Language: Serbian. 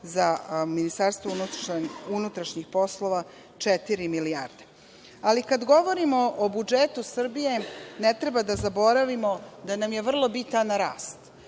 za Ministarstvo unutrašnjih poslova 4 milijarde. Kada govorimo o budžetu Srbije, ne treba da zaboravimo da nam je vrlo bitan rast.